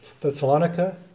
Thessalonica